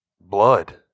Blood